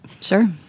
sure